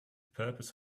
purpose